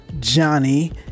johnny